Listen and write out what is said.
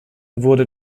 wurde